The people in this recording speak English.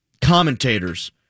commentators